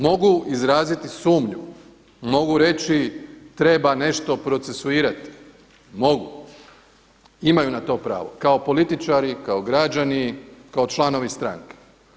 Mogu izraziti sumnju, mogu reći treba nešto procesuirati, mogu, imaju na to pravo, kao političari, kao građani, kao članovi stranke.